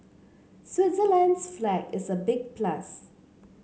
Switzerland's flag is a big plus